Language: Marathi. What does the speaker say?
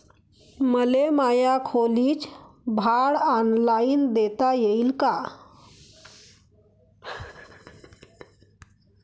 मले माया खोलीच भाड ऑनलाईन देता येईन का?